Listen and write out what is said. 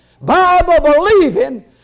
Bible-believing